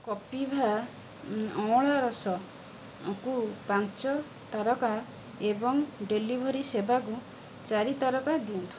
କପିଭା ଅଁଳା ରସ କୁ ପାଞ୍ଚ ତାରକା ଏବଂ ଡେଲିଭରି ସେବାକୁ ଚାରି ତାରକା ଦିଅନ୍ତୁ